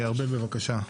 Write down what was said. ארבל, בבקשה.